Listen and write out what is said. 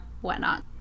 whatnot